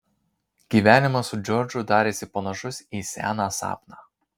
gyvenimas su džordžu darėsi panašus į seną sapną